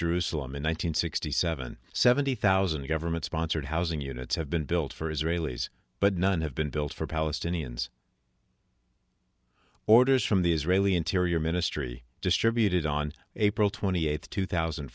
hundred sixty seven seventy thousand government sponsored housing units have been built for israelis but none have been built for palestinians orders from the israeli interior ministry distributed on april twenty eighth two thousand